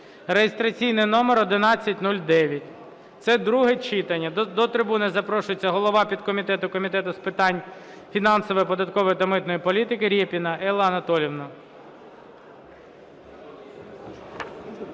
(реєстраційний номер 1109). Це друге читання. До трибуни запрошується голова підкомітету Комітету з питань фінансової, податкової та митної політики Рєпіна Елла Анатоліївна.